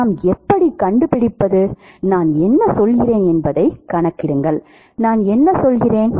நாம் எப்படிக் கண்டுபிடிப்பது நான் என்ன சொல்கிறேன் என்பதைக் கணக்கிடுங்கள் நான் என்ன சொல்கிறேன்